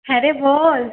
হ্যাঁ রে বল